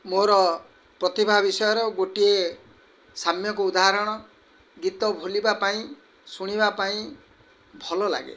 ମୋର ପ୍ରତିଭା ବିଷୟରେ ଗୋଟିଏ ସାମ୍ୟକ୍ ଉଦାହରଣ ଗୀତ ବୋଲିବା ପାଇଁ ଶୁଣିବା ପାଇଁ ଭଲ ଲାଗେ